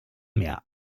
mir